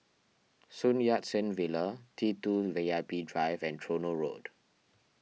Sun Yat Sen Villa T two V I P Drive and Tronoh Road